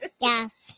Yes